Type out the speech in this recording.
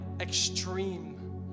extreme